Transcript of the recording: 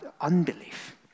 unbelief